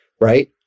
right